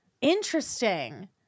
Interesting